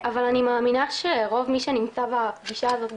אבל אני מאמינה שרוב מי שנמצא בפגישה הזאת,